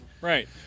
Right